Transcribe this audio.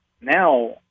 Now